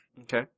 Okay